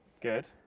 Good